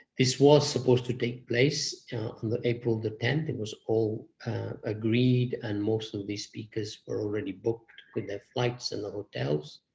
this was supposed to take place on april the tenth. it was all agreed, and most of the speakers were already booked with their flights and the hotels.